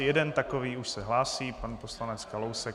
Jeden takový už se hlásí pan poslanec Kalousek.